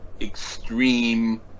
extreme